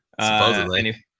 Supposedly